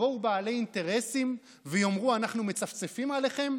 יבואו בעלי אינטרסים ויאמרו: אנחנו מצפצפים עליכם?